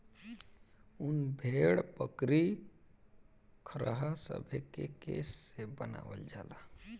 उन भेड़, बकरी, खरहा सभे के केश से बनावल जाला